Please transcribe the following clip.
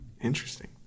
Interesting